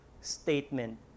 statement